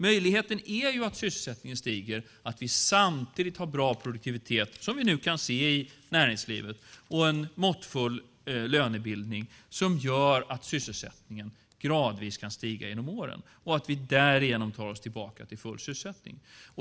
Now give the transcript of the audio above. Möjligheten är att sysselsättningen stiger, att vi samtidigt har bra produktivitet - vilket vi nu kan se i näringslivet - och en måttfull lönebildning som gör att sysselsättningen gradvis kan stiga genom åren och att vi därigenom tar oss tillbaka till full sysselsättning.